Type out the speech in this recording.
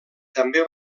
també